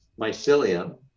mycelium